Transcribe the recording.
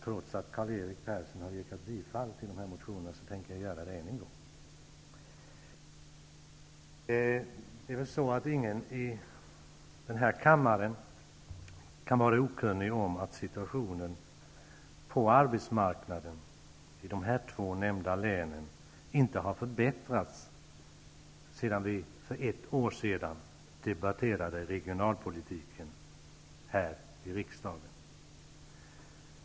Trots att Karl-Erik Persson har yrkat bifall till dessa motioner, skall jag för säkerhets skull göra det en gång till. Ingen i denna kammare kan vara okunnig om att situationen på arbetsmarknaden i dessa två nämnda län inte har förbättrats sedan vi för ett år sedan debatterade regionalpolitiken här i riksdagen.